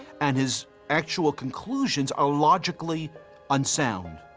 and his actual conclusions are logically unsound.